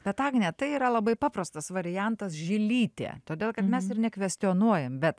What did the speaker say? bet agne tai yra labai paprastas variantas žilytė todėl kad mes ir nekvestionuojam bet